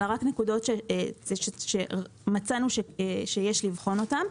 אלא רק נקודות שמצאנו שיש לבחון אותן.